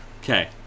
Okay